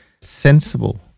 sensible